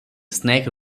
snake